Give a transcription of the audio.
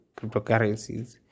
cryptocurrencies